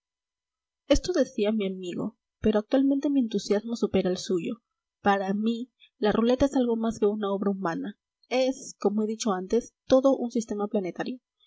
esto decía mi amigo pero actualmente mi entusiasmo supera al suyo para mí la ruleta es algo más que una obra humana es como he dicho antes todo un sistema planetario